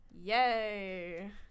Yay